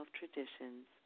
traditions